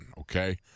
okay